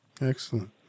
Excellent